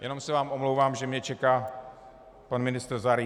Jenom se vám omlouvám, že mě čeká pan ministr Zaríf.